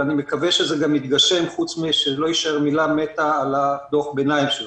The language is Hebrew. ואני מקווה גם שזה יתגשם ולא יישאר מילה מתה בדוח ביניים שלכם.